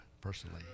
personally